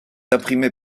imprimé